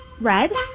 Red